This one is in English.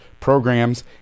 programs